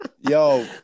Yo